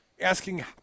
asking